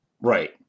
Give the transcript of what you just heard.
Right